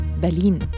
Berlin